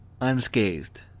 unscathed